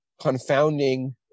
confounding